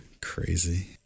Crazy